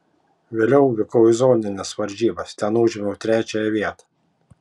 vėliau vykau į zonines varžybas ten užėmiau trečiąją vietą